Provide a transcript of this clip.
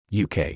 UK